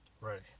Right